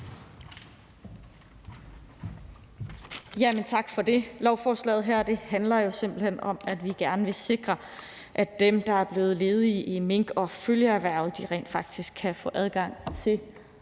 Tak for det.